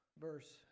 verse